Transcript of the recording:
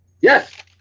Yes